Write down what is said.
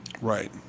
Right